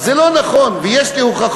אז זה לא נכון ויש לי הוכחות.